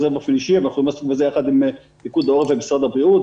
בזה באופן אישי ביחד עם פיקוד העורף ומשרד הבריאות.